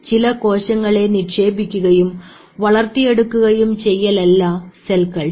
ചില കോശങ്ങളെ നിക്ഷേപിക്കുകയും വളർത്തിയെടുക്കുകയും ചെയ്യലല്ല സെൽ കൾച്ചർ